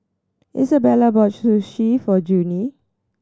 Isabella bought Sushi for Junie